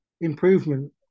improvement